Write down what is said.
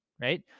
right